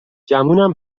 گمونم